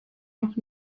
noch